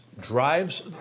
Drives